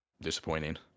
disappointing